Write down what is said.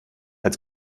als